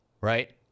right